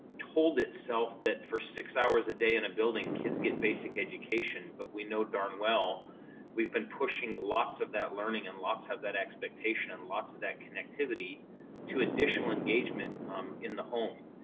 told itself that for six hours a day in a building, kids get basic education. but we know darn well we've been pushing lots of that learning and lots of that expectation. and lots of that connectivity to additional engagement in the home.